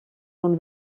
nun